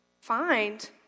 find